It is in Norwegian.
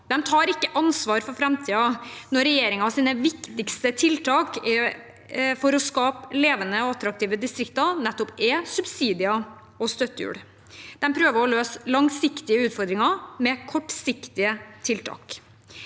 De tar ikke ansvar for framtiden når regjeringens viktigste tiltak for å skape levende og attraktive distrikter nettopp er subsidier og støttehjul. De prøver å løse langsiktige utfordringer med kortsiktige tiltak.